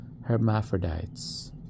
hermaphrodites